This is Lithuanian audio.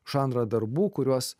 žanrą darbų kuriuos